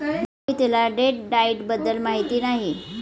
मोहितला date diet बद्दल माहिती नाही